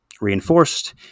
reinforced